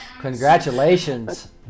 Congratulations